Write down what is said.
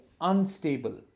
unstable